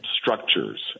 structures